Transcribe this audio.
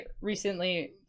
recently